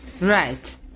Right